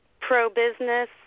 pro-business